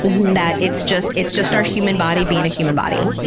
that it's just it's just our human body being a human body.